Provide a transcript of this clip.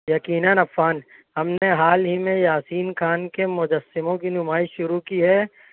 یقیناََ عفان ہم نے حال ہی میں یاسین خان کے مجسموں کی نمائش شروع کی ہے